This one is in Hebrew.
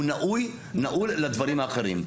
הוא נעול לדברים האחרים.